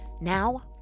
Now